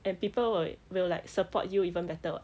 and people wi~ will like support you even better [what]